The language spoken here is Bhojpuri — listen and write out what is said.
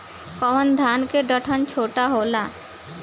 कौन धान के डंठल छोटा होला?